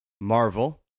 Marvel